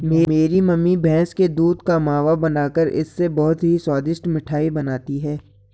मेरी मम्मी भैंस के दूध का मावा बनाकर इससे बहुत ही स्वादिष्ट मिठाई बनाती हैं